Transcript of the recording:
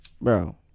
Bro